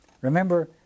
Remember